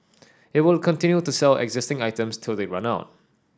it will continue to sell existing items till they run out